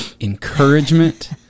encouragement